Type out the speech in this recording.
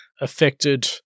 affected